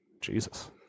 Jesus